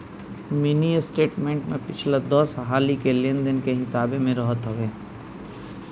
mini statement में पिछला दस हाली के लेन देन के हिसाब एमे रहत हवे